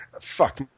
fuck